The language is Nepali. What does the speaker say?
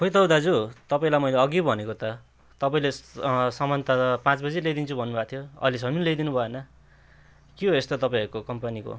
खै त हो दाजु तपाईँलाई मैले अघि भनेको त तपाईँले सामान त पाँच बजे ल्याइदिन्छु भन्नु भएको थियो अहिलेसम्म नि ल्याइदिनु भएन के हो यस्तो तपाईँहरूको कम्पनीको